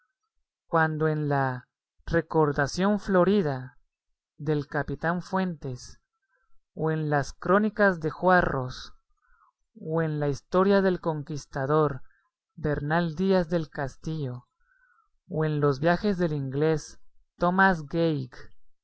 cuando en la recordación florida del capitán fuentes o en las crónicas de juarros o en la historia del conquistador bernal díaz del castillo o en los viajes del inglés tomás gage